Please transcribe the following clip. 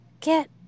get